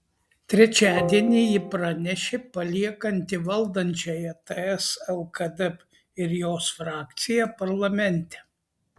trečiadienį ji pranešė paliekanti valdančiąją ts lkd ir jos frakciją parlamente